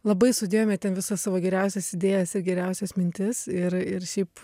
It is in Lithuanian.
labai sudėjome ten visas savo geriausias idėjas ir geriausias mintis ir ir šiaip